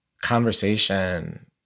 conversation